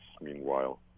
meanwhile